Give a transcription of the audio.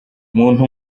umuntu